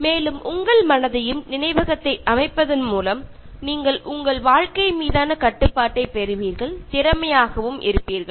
மேலும் உங்கள் மனதையும் நினைவகத்தை அமைப்பதன் மூலம் நீங்கள் உங்கள் வாழ்க்கை மீதான கட்டுப்பாட்டை பெறுவீர்கள் திறமையாகவும் இருப்பீர்கள்